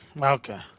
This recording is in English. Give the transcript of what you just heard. Okay